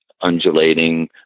undulating